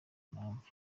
mpamvu